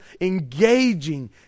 engaging